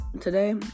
today